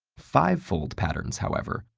fivefold patterns, however,